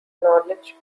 knowledge